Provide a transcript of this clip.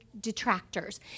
detractors